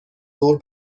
ظهر